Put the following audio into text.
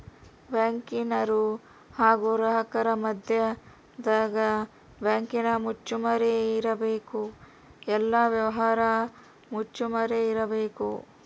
ಬ್ಯಾಂಕಿನರು ಹಾಗು ಗ್ರಾಹಕರ ಮದ್ಯದಗ ಬ್ಯಾಂಕಿನ ಮುಚ್ಚುಮರೆ ಇರಬೇಕು, ಎಲ್ಲ ವ್ಯವಹಾರ ಮುಚ್ಚುಮರೆ ಇರಬೇಕು